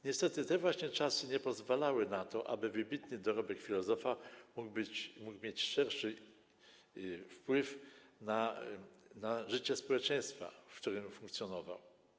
Niestety te właśnie czasy nie pozwalały na to, aby wybitny dorobek filozofa mógł mieć szerszy wpływ na życie społeczeństwa, w którym funkcjonował.